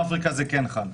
על דרום אפריקה זה כן חל.